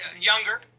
younger